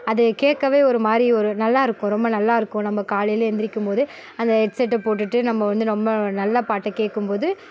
அது கேட்கவே ஒரு மாதிரி ஒரு நல்லா இருக்கும் ரொம்ப நல்லா இருக்கும் நம்ம காலையில் எழுந்திரிக்கும் போதே அந்த ஹெட்செட்டை போட்டுட்டு நம்ம வந்து ரொம்ப நல்ல பாட்டை கேட்கும் போது